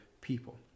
people